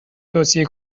توصیه